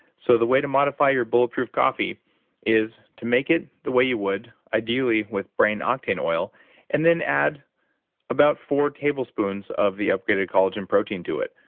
so the way to modify your bulletproof coffee is to make it the way you would ideally with brain octane oil and then add about tablespoons of the upgraded collagen protein to it.